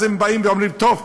אז הם באים ואומרים: טוב,